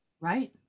Right